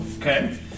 okay